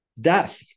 Death